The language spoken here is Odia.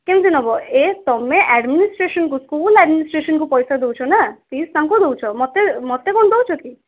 କେମିତି ନେବ ଏ ତୁମେ ଆଡ଼ମିନଷ୍ଟ୍ରେସନ୍କୁ ସ୍କୁଲ ଆଡ଼ମିନଷ୍ଟ୍ରେସନ୍କୁ ପଇସା ଦେଉଛ ନା ଫିସ୍ ତାଙ୍କୁ ଦେଉଛ ମୋତେ ମୋତେ କ'ଣ ଦେଉଛ କି